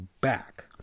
back